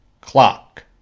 clock